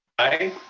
aye.